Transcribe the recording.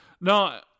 No